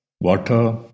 water